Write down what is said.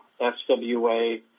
SWA